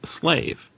slave